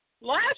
last